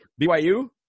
BYU